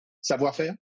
Savoir-faire